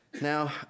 Now